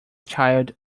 child